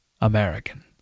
American